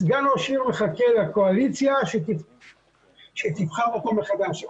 סגן ראש עיר מחכה לקואליציה שתבחר אותו מחדש.